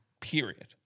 period